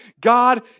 God